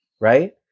right